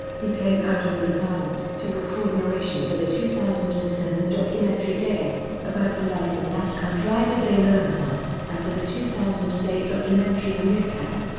he came out of retirement to record narration for the two thousand and seven documentary dale, about the life of nascar driver dale earnhardt, and for the two thousand and eight documentary the meerkats.